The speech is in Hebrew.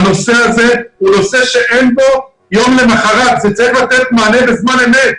הנושא הזה הוא נושא שאין בו יום למחרת אלא צריך לתת מענה בזמן אמת,